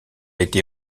été